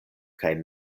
kaj